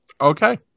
Okay